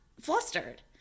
flustered